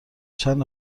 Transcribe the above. چند